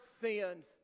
sins